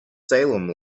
salem